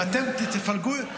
אם אתם תפלגו,